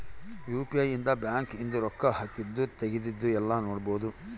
UPI ಇಂದ bank ಇಂದು ರೊಕ್ಕ ಹಾಕಿದ್ದು ತೆಗ್ದಿದ್ದು ಯೆಲ್ಲ ನೋಡ್ಬೊಡು